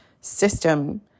system